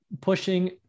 pushing